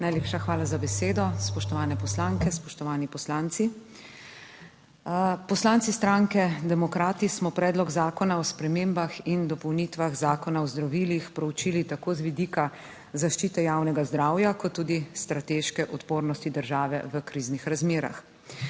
Najlepša hvala za besedo. Spoštovane poslanke, spoštovani poslanci! Poslanci stranke Demokrati smo Predlog zakona o spremembah in dopolnitvah Zakona o zdravilih proučili tako z vidika zaščite javnega zdravja kot tudi strateške odpornosti države v kriznih razmerah.